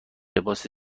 لباس